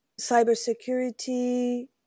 cybersecurity